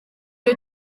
nhw